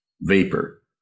vapor